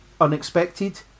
unexpected